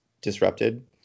disrupted